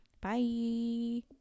Bye